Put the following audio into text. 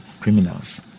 criminals